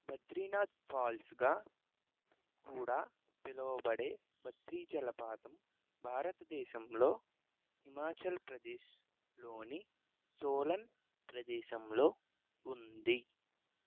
Badrinath falls గా కూడా పిలువబడే బద్రీ జలపాతం భారతదేశంలో హిమాచల్ ప్రదేశ్ లోని సోలన్ ప్రదేశంలో ఉంది